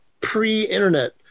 pre-internet